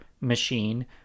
machine